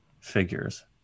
figures